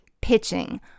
pitching